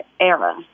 era